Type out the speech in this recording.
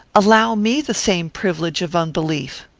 allow me the same privilege of unbelief.